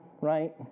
right